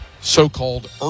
so-called